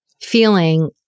feeling